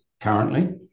currently